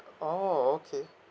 oh okay